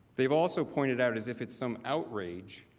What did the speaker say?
they have also pointed out as if it's some outrage,